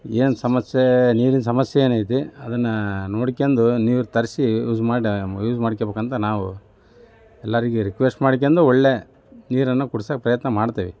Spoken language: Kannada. ಏನು ಸಮಸ್ಯೆ ನೀರಿನ ಸಮಸ್ಯೆ ಏನೈತಿ ಅದನ್ನು ನೋಡ್ಕ್ಯಂದು ನೀರು ತರಿಸಿ ಯೂಸ್ ಮಾಡಿ ಯೂಸ್ ಮಾಡ್ಕ್ಯಾಬೇಕಂತ ನಾವು ಎಲ್ಲರಿಗೆ ರಿಕ್ವೆಸ್ಟ್ ಮಾಡಿಕ್ಯಂದು ಒಳ್ಳೆಯ ನೀರನ್ನು ಕುಡ್ಸೋಕೆ ಪ್ರಯತ್ನ ಮಾಡ್ತೇವೆ